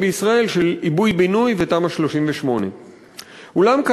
בישראל של עיבוי-בינוי ותמ"א 38. אולם,